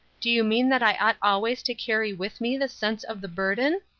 do you mean that i ought always to carry with me the sense of the burden?